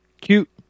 Cute